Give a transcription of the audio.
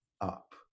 up